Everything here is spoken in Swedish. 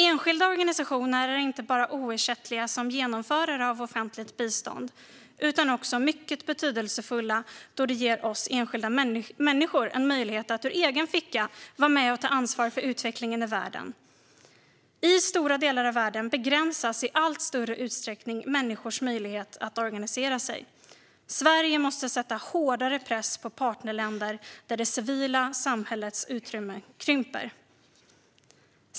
Enskilda organisationer är inte bara oersättliga som genomförare av offentligt bistånd utan också mycket betydelsefulla då de ger oss enskilda människor en möjlighet att ge ur egen ficka och vara med och ta ansvar för utvecklingen i världen. I stora delar av världen begränsas i allt större utsträckning människors möjlighet att organisera sig. Sverige måste sätta hårdare press på partnerländer där det civila samhällets utrymme krymper.